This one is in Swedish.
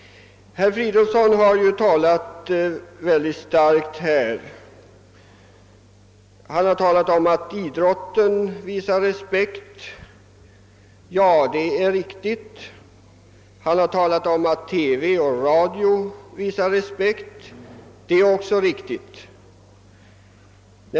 Herr Fridolfsson i Stockholm har talat i mycket starka ordalag om ait idrotten visar respekt, vilket är riktigt, och om att TV och radio visar respekt, vilket också är riktigt.